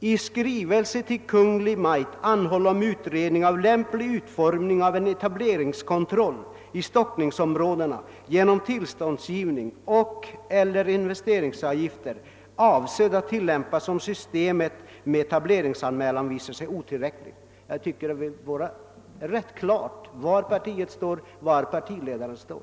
»I skrivelse till Kungl. Maj:t anhålla om utredning av lämplig utformning av en etableringskontroll i stockningsområdena genom = tillståndsgivning och/eller investeringsavgifter, avsedd att tillämpas om systemet med etableringsanmälan visar sig otillräckligt ——-—.» Jag tycker det är alldels klart var partiet och partiledaren står.